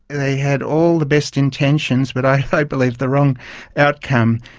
they had all the best intentions but i believe the wrong outcome,